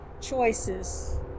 choices